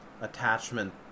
attachment